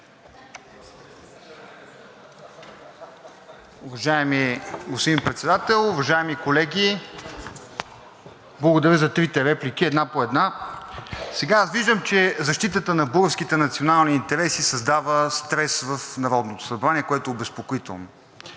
Уважаеми господин Председател, уважаеми колеги! Благодаря за трите реплики. Една по една. Аз виждам, че защитата на българските национални интереси създава стрес в Народното събрание, което е обезпокоително,